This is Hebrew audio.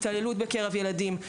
התעללות בקרב ילדים,